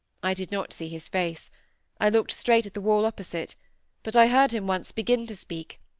i did not see his face i looked straight at the wall opposite but i heard him once begin to speak,